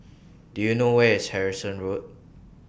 Do YOU know Where IS Harrison Road